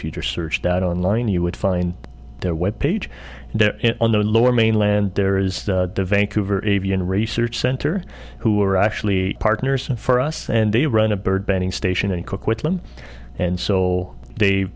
future searched out online you would find their web page on the lower mainland there is the vancouver avian research center who are actually partners for us and they run a bird banding station and cook with them and so they